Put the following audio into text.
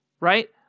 right